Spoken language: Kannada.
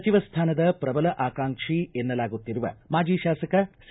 ಸಚಿವ ಸ್ಥಾನದ ಪ್ರಬಲ ಆಕಾಂಕ್ಷಿ ಎನ್ನಲಾಗುತ್ತಿರುವ ಮಾಜಿ ಶಾಸಕ ಸಿ